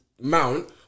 Mount